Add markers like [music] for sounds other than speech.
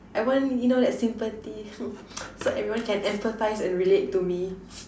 I want you know like sympathy [noise] so everyone can emphasize and relate to me